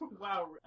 Wow